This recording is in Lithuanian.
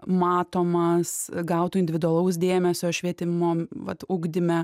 matomas gautų individualaus dėmesio švietimo vat ugdyme